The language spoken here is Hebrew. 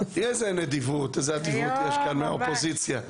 איזו נדיבות, איזו אדיבות יש כאן מהאופוזיציה.